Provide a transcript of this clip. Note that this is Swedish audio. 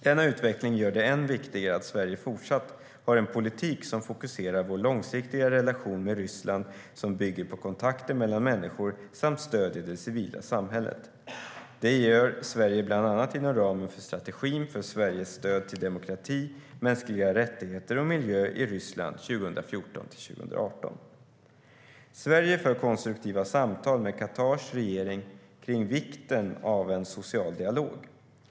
Denna utveckling gör det än viktigare att Sverige fortsätter att ha en politik som fokuserar på vår långsiktiga relation med Ryssland, som bygger på kontakter mellan människor, samt stöder det civila samhället. Det gör Sverige bland annat inom ramen för strategin för Sveriges stöd till demokrati, mänskliga rättigheter och miljö i Ryssland 2014-2018. Sverige för konstruktiva samtal med Qatars regering om vikten av en social dialog.